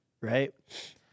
right